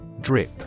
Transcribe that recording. Drip